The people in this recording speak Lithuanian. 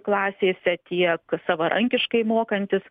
klasėse tiek savarankiškai mokantis